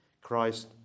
Christ